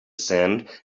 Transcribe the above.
sand